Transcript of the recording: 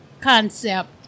concept